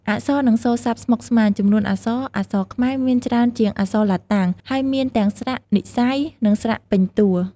អក្សរ និងសូរស័ព្ទស្មុគស្មាញ ចំនួនអក្សរ អក្សរខ្មែរមានច្រើនជាងអក្សរឡាតាំង ហើយមានទាំងស្រៈនិស្ស័យ និងស្រៈពេញតួ។